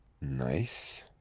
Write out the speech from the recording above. nice